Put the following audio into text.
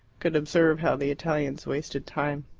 could observe how the italians wasted time.